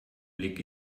blick